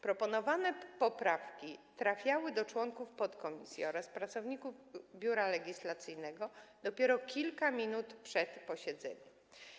Proponowane poprawki trafiały do członków podkomisji oraz pracowników Biura Legislacyjnego dopiero kilka minut przed posiedzeniem.